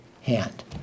hand